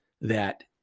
that-